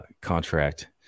contract